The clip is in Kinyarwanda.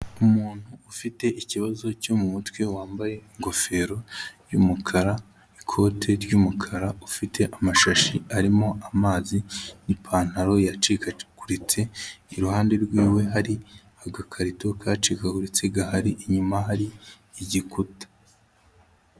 Umuntu ufite ikibazo cyo mu mutwe wambaye ingofero y'umukara, ikote ry'umukara, ufite amashashi arimo amazi n'ipantaro yacikaguritse, iruhande rw'iwe hari agakarito kacikaguritse gahari, inyuma hari igikuta.